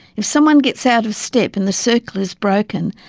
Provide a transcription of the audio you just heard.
if someone gets out of step and the circle is broken,